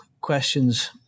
questions